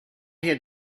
had